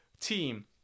team